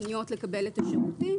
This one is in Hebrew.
בפניות לקבל את השירותים.